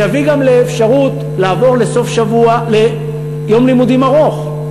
זה יביא גם לאפשרות לעבור ליום לימודים ארוך.